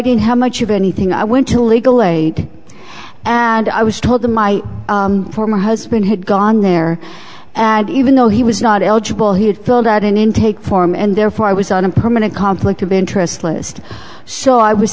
didn't have much of anything i went to legal aid and i was told that my former husband had gone there and even though he was not eligible he had filled out an intake form and therefore i was on a permanent conflict of interest list so i was